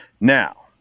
Now